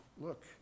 look